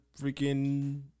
freaking